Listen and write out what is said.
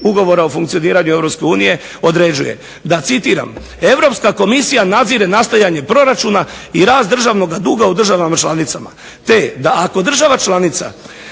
Ugovora o funkcioniranju EU određuje da